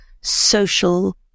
social